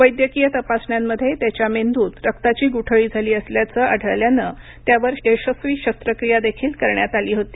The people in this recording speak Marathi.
वैद्यकीय तपासण्यांमध्ये त्याच्या मेंदूत रक्ताची गुठळी झाली असल्याचं आढळल्यानं त्यावर यशस्वी शस्त्रक्रिया देखील करण्यात आली होती